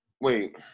wait